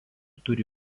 turi